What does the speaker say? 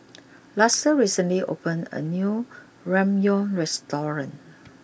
Luster recently opened a new Ramyeon restaurant